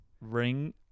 ring